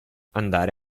andare